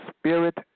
spirit